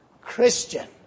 Christian